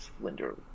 slender